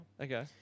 Okay